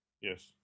yes